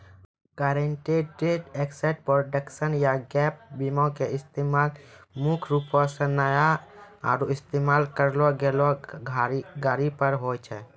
guaranteed asset protection या gap बीमा के इस्तेमाल मुख्य रूपो से नया आरु इस्तेमाल करलो गेलो गाड़ी पर होय छै